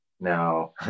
Now